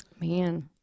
Man